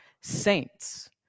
saints